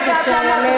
חברת הכנסת לוי,